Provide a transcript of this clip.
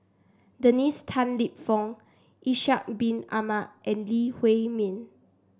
Dennis Tan Lip Fong Ishak Bin Ahmad and Lee Huei Min